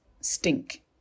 stink